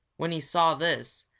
when he saw this,